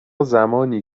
زمانی